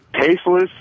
tasteless